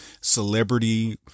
celebrity